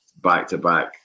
back-to-back